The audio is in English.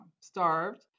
starved